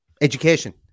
education